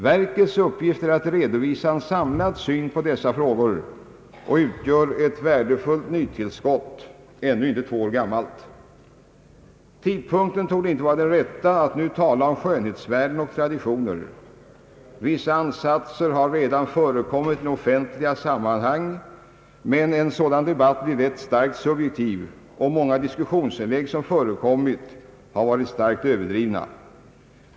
Dess uppgift är att redovisa en samlad syn på dessa frågor och det ger ett värdefullt nytillskott — ännu inte två år gammalt. Tidpunkten torde inte vara den rätta att nu tala om skönhetsvärden och traditioner. Vissa ansatser har redan förekommit i offentliga sammanhang, men en sådan debatt blir lätt starkt subjektiv och många diskussionsinlägg som förekommit har varit mycket överdrivna.